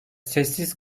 sessiz